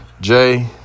Jay